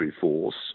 force